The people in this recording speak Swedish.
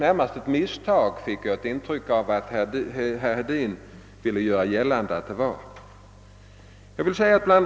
Jag fick intrycket att herr Hedin ville göra gällande att det närmast var ett misstag.